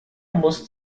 muss